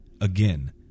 again